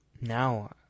now